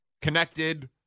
connected